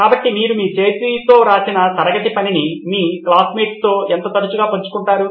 కాబట్టి మీరు మీ చేతితో రాసిన తరగతి పనిని మీ క్లాస్మేట్స్తో ఎంత తరచుగా పంచుకుంటారు